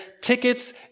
tickets